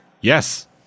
Yes